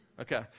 Okay